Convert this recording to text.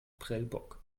prellbock